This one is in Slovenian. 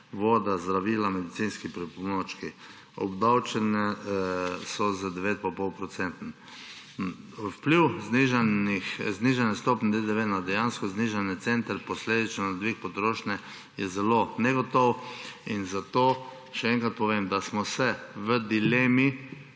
voda, zdravila, medicinski pripomočki, obdavčene so z 9,5-procentno stopnjo. Vpliv znižane stopnje DDV na dejansko znižanje cen ter posledično na dvig potrošnje je zelo negotov, zato še enkrat povem, da smo se v dilemi